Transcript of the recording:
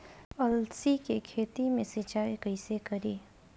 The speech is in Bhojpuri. अलसी के खेती मे सिचाई कइसे करी?